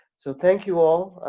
so thank you all,